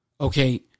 okay